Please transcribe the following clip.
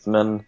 Men